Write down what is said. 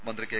മന്ത്രി കെ